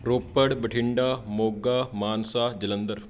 Ropar Bathinda Moga Mansa Jalandhar